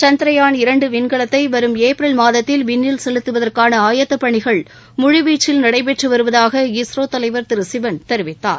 சந்திரயான் இரண்டு விண்கலத்தை வரும் ஏப்ரல் மாதத்தில் விண்ணில் செலுத்துவதற்கான ஆயத்தப் பணிகள் முழுவீச்சில் நடைபெற்று வருவதாக இஸ்ரோ தலைவர் திரு சிவன் தெரிவித்தார்